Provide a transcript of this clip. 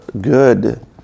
good